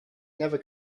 never